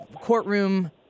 courtroom